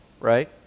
right